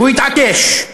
הוא התעקש,